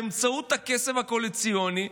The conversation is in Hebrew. באמצעות הכסף הקואליציוני,